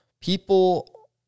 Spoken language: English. people